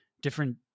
different